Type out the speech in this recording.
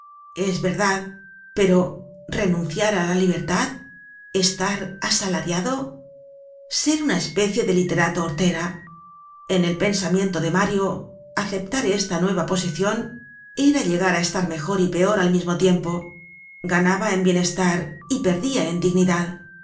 es verdad pero renunciar á la libertad estar asalariado ser una especie de literato hortera en el pensamiento de mario aceptar esta nueva posicion era llegar á estar mejor y peor al mismo tiempo ganaba en bienestar y perdia en dignidad